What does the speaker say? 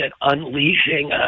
unleashing